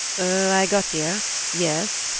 oh, i got here yes,